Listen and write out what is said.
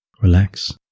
relax